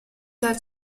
dal